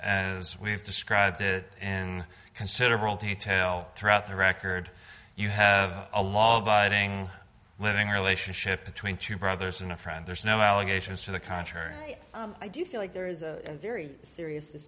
as we've described it in considerable detail throughout the record you have a law abiding living relationship between two brothers and a friend there's no allegations to the contrary i do feel like there is a very serious